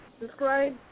Describe